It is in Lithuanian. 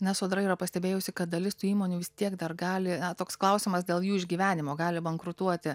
nes sodra yra pastebėjusi kad dalis tų įmonių vis tiek dar gali toks klausimas dėl jų išgyvenimo gali bankrutuoti